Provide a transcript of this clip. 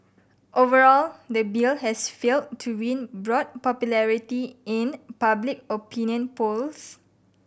overall the bill has failed to win broad popularity in public opinion polls